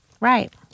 Right